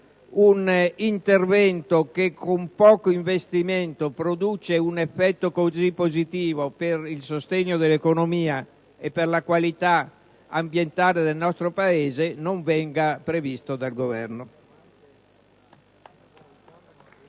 un intervento che con poco investimento produce un effetto così positivo per il sostegno dell'economia e per la qualità ambientale del nostro Paese non venga previsto dal Governo.